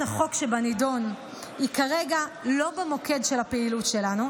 החוק שבנדון היא כרגע לא במוקד של הפעילות שלנו.